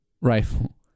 rifle